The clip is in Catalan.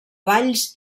valls